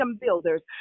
builders